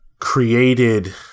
created